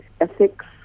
ethics